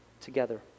together